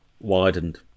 widened